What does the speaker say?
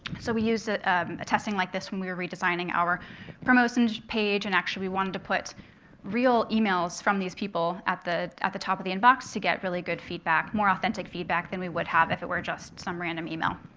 so we use a testing like this when we're redesigning our promotions page. and actually, we wanted to put real emails from these people at the at the top of the inbox to get really good feedback more authentic feedback than we would have if it were just some random email.